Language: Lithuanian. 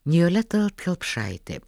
nijole talat kelpšaitė